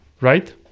right